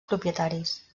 propietaris